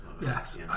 Yes